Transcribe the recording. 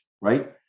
Right